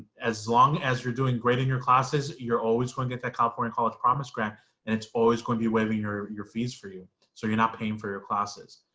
as long as you're doing great in your classes. you're always going to get that california college promise grant and it's always going to be waiving your your fees for you so you're not paying for your classes.